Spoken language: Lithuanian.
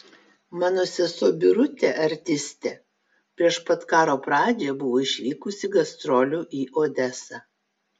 mano sesuo birutė artistė prieš pat karo pradžią buvo išvykusi gastrolių į odesą